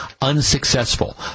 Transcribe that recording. unsuccessful